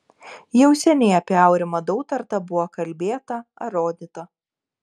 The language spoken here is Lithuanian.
jau seniai apie aurimą dautartą buvo kalbėta ar rodyta